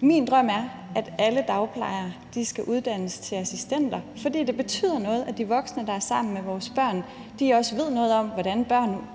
Min drøm er, at alle dagplejere skal uddannes til assistenter, fordi det betyder noget, at de voksne, der tager sig af vores børn, også ved noget om, hvordan børn